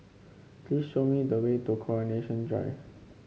please show me the way to Coronation Drive